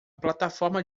plataforma